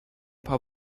paar